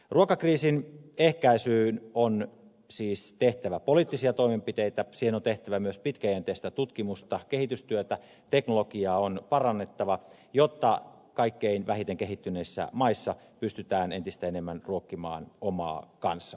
ruokakriisin ehkäisyyn on siis tehtävä poliittisia toimenpiteitä siihen on tehtävä myös pitkäjänteistä tutkimusta kehitystyötä teknologiaa on parannettava jotta kaikkein vähiten kehittyneissä maissa pystytään entistä enemmän ruokkimaan omaa kansaa